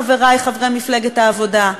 חברי חברי מפלגת העבודה,